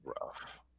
rough